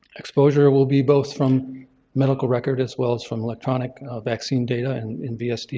exposure will be both from medical record as well as from electronic vaccine data and in vsd.